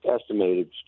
estimated